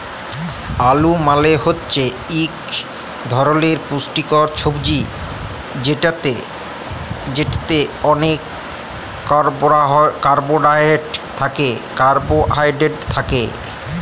আলু মালে হছে ইক ধরলের পুষ্টিকর ছবজি যেটতে অলেক কারবোহায়ডেরেট থ্যাকে